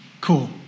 Cool